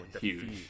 huge